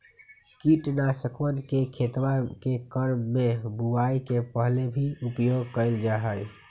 कीटनाशकवन के खेतवा के क्रम में बुवाई के पहले भी उपयोग कइल जाहई